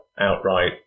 outright